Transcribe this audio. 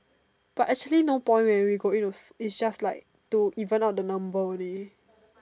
but actually no point where we go you know it's just like to even out the number only